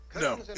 no